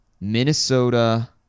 Minnesota